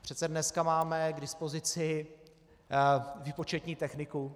Přece dneska máme k dispozici výpočetní techniku.